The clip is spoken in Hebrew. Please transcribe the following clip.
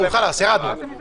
ירדתם מזה?